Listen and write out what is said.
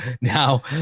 now